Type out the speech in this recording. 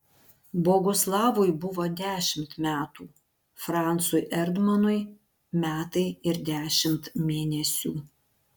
boguslavui buvo dešimt metų francui erdmanui metai ir dešimt mėnesių